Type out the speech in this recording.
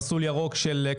טאלנטים מאוקראינה לישראל.